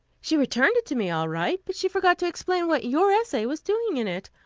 she returned it to me, all right, but she forgot to explain what your essay was doing in it.